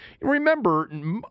remember